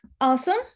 awesome